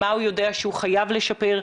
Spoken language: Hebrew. מה הוא יודע שהוא חייב לשפר,